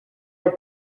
are